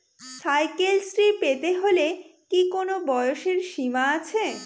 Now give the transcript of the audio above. Cycle Shri পেতে হলে কি কোনো বয়সের সীমা আছে?